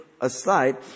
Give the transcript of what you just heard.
aside